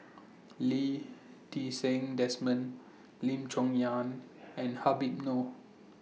Lee Ti Seng Desmond Lim Chong Yah and Habib Noh